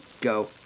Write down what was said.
go